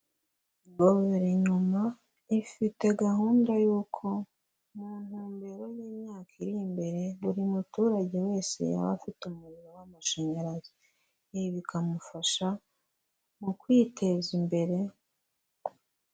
Guverinma ifite gahunda y'uko mu ntumbero y'imyaka iri imbere buri muturage wese yaba afite umuriro w'amashanyarazi, ibi bikamufasha mu kwiteza imbere.